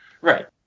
Right